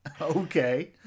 Okay